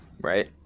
right